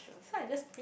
so I just